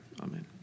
amen